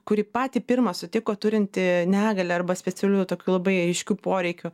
kurį patį pirmą sutiko turintį negalią arba specialiųjų tokių labai aiškių poreikių